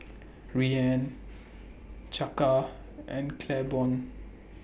Rianna Chaka and Claiborne